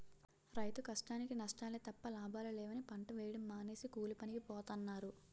రైతు కష్టానికీ నష్టాలే తప్ప లాభాలు లేవని పంట వేయడం మానేసి కూలీపనికి పోతన్నారు